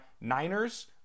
Niners